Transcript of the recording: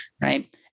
right